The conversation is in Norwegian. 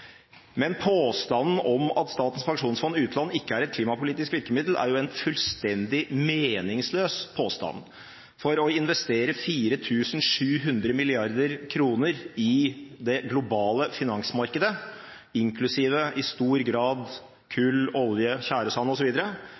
Men påstanden om at Statens pensjonsfond utland ikke er et klimapolitisk virkemiddel, er jo en fullstendig meningsløs påstand, for å investere 4 700 mrd. kr i det globale finansmarkedet, inklusiv i stor grad kull, olje,